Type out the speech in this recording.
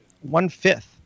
one-fifth